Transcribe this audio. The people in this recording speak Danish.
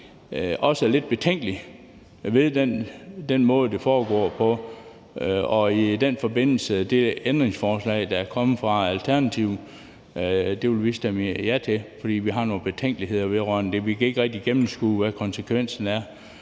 også er lidt betænkelige ved den måde, det foregår på, og i den forbindelse vil vi stemme ja til det ændringsforslag, der er kommet fra Alternativets side, fordi vi har nogle betænkeligheder, da vi ikke rigtig kan gennemskue, hvad konsekvensen er.